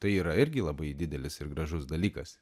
tai yra irgi labai didelis ir gražus dalykas